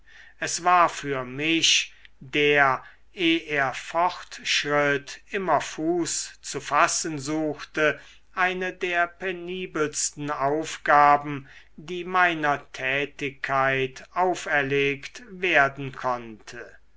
es war für mich der eh er fortschritt immer fuß zu fassen suchte eine der penibelsten aufgaben die meiner tätigkeit auferlegt werden konnte